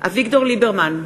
אביגדור ליברמן,